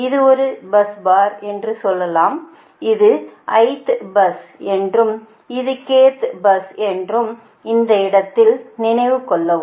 இது ஒரு bus bar என்று சொல்லலாம் இது i th பஸ் என்றும் இது k th பஸ் என்றும் இந்த இடத்தில் நினைத்துக்கொள்ளவும்